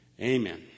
Amen